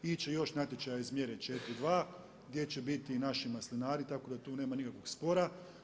Ići će još natječaji iz mjere 4.2. gdje će biti i naši maslinari, tako da tu nema nikakvog spora.